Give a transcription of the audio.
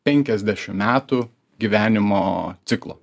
penkiasdešim metų gyvenimo ciklo